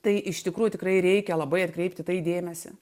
tai iš tikrųjų tikrai reikia labai atkreipt į tai dėmesį